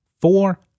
four